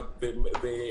למעשה,